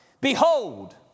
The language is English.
Behold